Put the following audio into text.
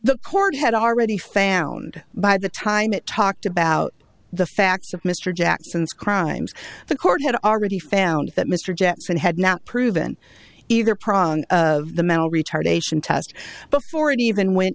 the court had already found by the time it talked about the facts of mr jackson's crimes the court had already found that mr jepson had not proven either prong of the mental retardation test before it even went